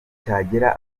cyagera